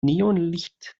neonlicht